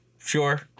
sure